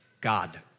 God